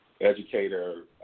educator